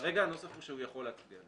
כרגע הנוסח הוא שהוא יכול להצביע,